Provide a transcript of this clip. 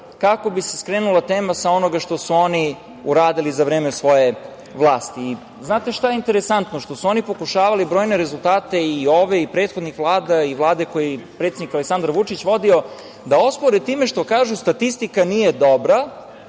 kako bi se skrenula tema sa onoga što su oni uradili za vreme svoje vlasti. Znate šta je interesantno? To što su oni pokušavali brojne rezultate, i ove i prethodnih vlada i Vlade koju je predsednik Aleksandar Vučić vodio, da ospore time što kažu - statistika nije dobra,